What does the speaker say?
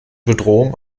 bedrohung